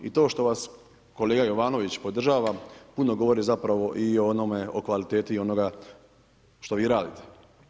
I to što vas kolega Jovanović podržava, puno govori zapravo i o kvaliteti onoga što vi radite.